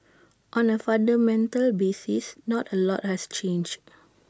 on A fundamental basis not A lot has changed